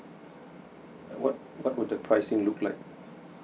what what would the pricing look like